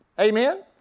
Amen